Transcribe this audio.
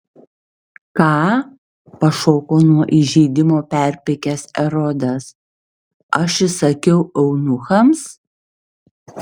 ką pašoko nuo įžeidimo perpykęs erodas aš įsakiau eunuchams